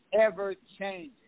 ever-changing